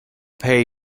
pay